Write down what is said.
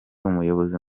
umuyobozi